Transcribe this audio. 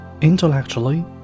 Intellectually